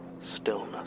stillness